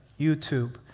YouTube